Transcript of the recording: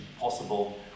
possible